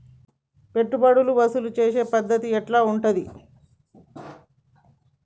పెట్టుబడులు వసూలు చేసే పద్ధతి ఎట్లా ఉంటది?